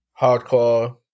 hardcore